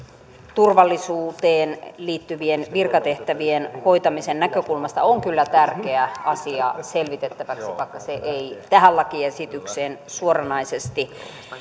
turvallisuuteen liittyvien virkatehtävien hoitamisen näkökulmasta on kyllä tärkeä asia selvitettäväksi vaikka se ei tähän lakiesitykseen suoranaisesti